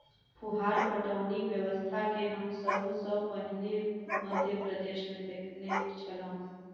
फुहार पटौनी व्यवस्था के हम सभ सॅ पहिने मध्य प्रदेशमे देखने छलौं